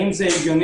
האם זה הגיוני?